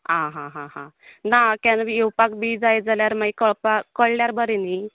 आं हाहाहा ना केन्ना येवपाक बी जाय जाल्यार माईर कळपा कळ्ळ्यार बरें नी